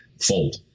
fold